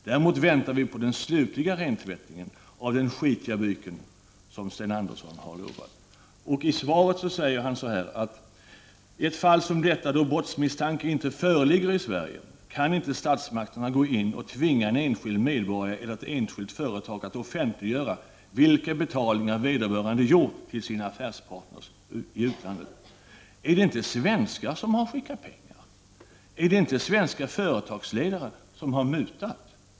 Däremot väntar vi på den slutliga rentvättningen av den skitiga byken som Sten Andersson har utlovat. I svaret säger Sten Andersson: ”I ett fall som detta, då brottsmisstanke inte föreligger i Sverige, kan inte statsmakterna gå in och tvinga en enskild medborgare eller ett enskilt företag att offentliggöra vilka betalningar vederbörande gjort till sina affärspartners i utlandet.” Är det inte svenskar som har skickat pengar? Är det inte svenska företagsledare som har mutat?